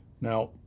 Now